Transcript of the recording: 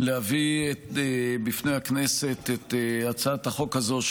להביא בפני הכנסת את הצעת החוק הזו,